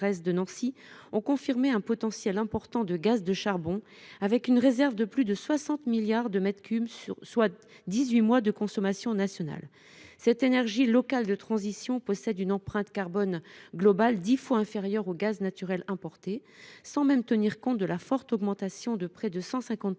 de Nancy ont confirmé un potentiel important de gaz de charbon, avec une réserve de plus de 60 milliards de mètres cubes, soit l’équivalent de dix huit mois de consommation nationale. Cette énergie locale de transition possède une empreinte carbone globale dix fois inférieure au gaz naturel importé, sans même tenir compte de l’augmentation de près de 150